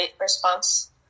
response